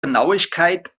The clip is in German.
genauigkeit